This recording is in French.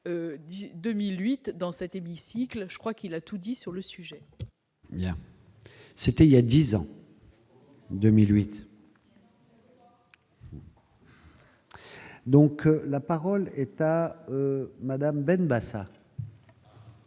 2008 dans cet hémicycle, je crois qu'il a tout dit sur le sujet. C'était il y a 10 ans, 2008. Donc, la parole est à madame Ben Basat.